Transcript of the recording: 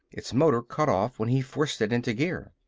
its motor cut off when he forced it into gear.